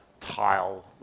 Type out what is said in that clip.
tile